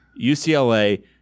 UCLA